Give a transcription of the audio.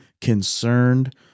concerned